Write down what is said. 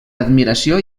admiració